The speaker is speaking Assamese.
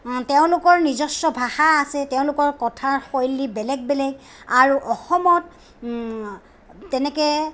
তেওঁলোকৰ নিজস্ব ভাষা আছে তেওঁলোকৰ কথাৰ শৈলী বেলেগ বেলেগ আৰু অসমত তেনেকে